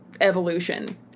evolution